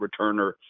returner